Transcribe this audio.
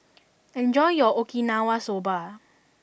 enjoy your Okinawa Soba